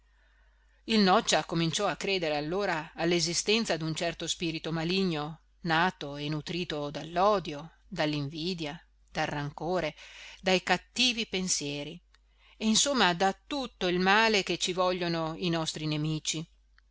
beneficii il noccia cominciò a credere allora all'esistenza d'un certo spirito maligno nato e nutrito dall'odio dall'invidia dal rancore dai cattivi pensieri e insomma da tutto il male che ci vogliono i nostri nemici